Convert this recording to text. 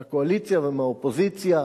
מהקואליציה ומהאופוזיציה,